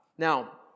Now